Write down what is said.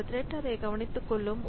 இந்த த்ரெட் அதை கவனித்துக்கொள்ளும்